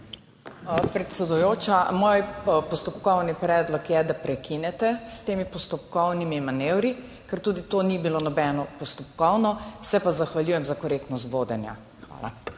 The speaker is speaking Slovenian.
Predsedujoča, moj postopkovni predlog je, da prekinete s temi postopkovnimi manevri, ker tudi to ni bilo noben postopkovni, se pa zahvaljujem za korektnost vodenja. Hvala.